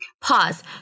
Pause